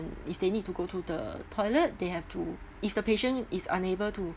if they need to go to the toilet they have to if the patient is unable to